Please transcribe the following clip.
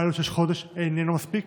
פיילוט של חודש איננו מספיק.